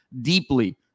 deeply